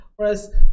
Whereas